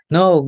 No